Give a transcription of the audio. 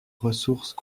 ressources